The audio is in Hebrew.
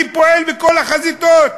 אני פועל בכל החזיתות.